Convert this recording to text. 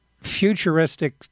futuristic